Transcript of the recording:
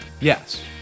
Yes